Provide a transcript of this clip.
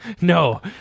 no